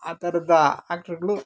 ಆ ಥರದ ಆ್ಯಕ್ಟ್ರಗಳು